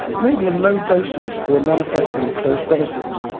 maybe in low doses, or when manifesting in close relatives,